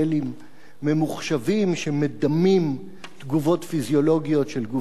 ממוחשבים שמדמים תגובות פיזיולוגיות של גוף האדם.